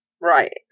Right